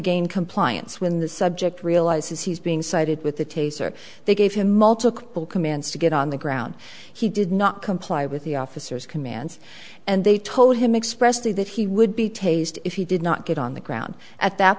gain compliance when the subject realizes he's being cited with the taser they gave him multiple commands to get on the ground he did not comply with the officers commands and they told him express to that he would be taste if he did not get on the ground at that